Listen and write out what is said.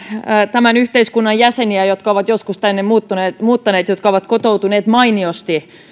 tämän yhteiskunnan jäseniä jotka ovat joskus tänne muuttaneet ja jotka ovat kotoutuneet mainiosti